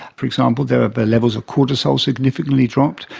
for example, their but levels of cortisol significantly dropped,